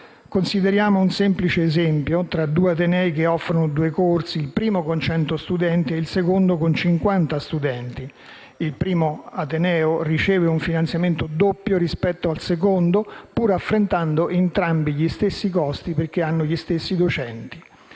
Consideriamo un semplice esempio tra due atenei che offrono due corsi: il primo con cento studenti e il secondo con cinquanta studenti. Il primo ateneo riceve un finanziamento doppio rispetto al secondo, pur affrontando entrambi gli stessi costi perché hanno gli stessi docenti.